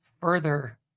further